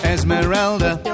Esmeralda